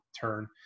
turn